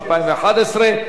התשע"ב 2012,